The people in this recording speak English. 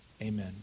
Amen